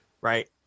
right